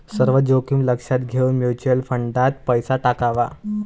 सर्व जोखीम लक्षात घेऊन म्युच्युअल फंडात पैसा टाकावा